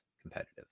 competitive